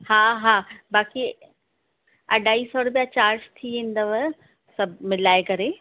हा हा बाक़ी अढाई सौ रुपिया चार्ज थी वेंदव सभु मिलाए करे